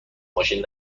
ماشین